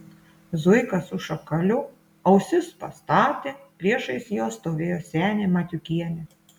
zuika su šakaliu ausis pastatė priešais juos stovėjo senė matiukienė